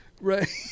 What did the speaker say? Right